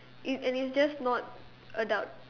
it and it's just not adult